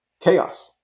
chaos